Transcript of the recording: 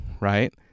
right